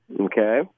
Okay